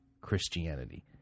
Christianity